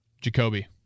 Jacoby